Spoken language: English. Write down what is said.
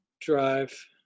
drive